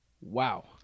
Wow